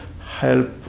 help